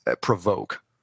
provoke